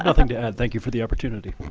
nothing to add. thank you for the opportunity.